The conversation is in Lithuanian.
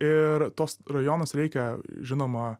ir tuos rajonus reikia žinoma